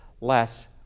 less